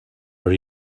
però